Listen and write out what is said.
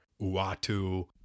Uatu